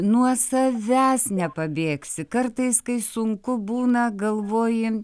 nuo savęs nepabėgsi kartais kai sunku būna galvoji